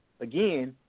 again